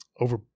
over